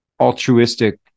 altruistic